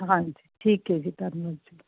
ਹਾਂਜੀ ਠੀਕ ਹ ਜੀ ਧੰਨਵਾਦ ਜੀ